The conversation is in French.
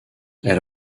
elle